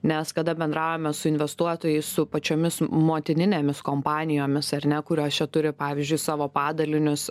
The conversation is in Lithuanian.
nes kada bendraujame su investuotojais su pačiomis motininėmis kompanijomis ar ne kurios čia turi pavyzdžiui savo padalinius